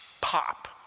Pop